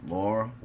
Laura